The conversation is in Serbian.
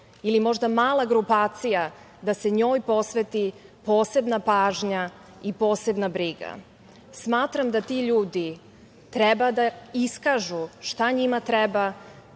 ili možda mala grupacija da se njoj posveti posebna pažnja i posebna briga. Smatram da ti ljudi treba da iskažu šta njima treba.